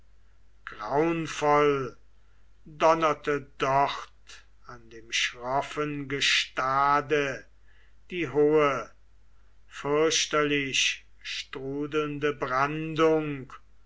graunvoll donnerte dort an dem schroffen gestade die hohe fürchterlich strudelnde brandung